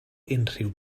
unrhyw